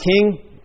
king